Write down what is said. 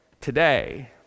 today